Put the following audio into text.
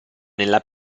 nella